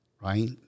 right